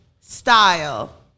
style